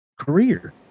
career